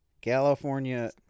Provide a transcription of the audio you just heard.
California